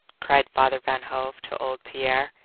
cried father van hove to old pier,